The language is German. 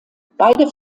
beide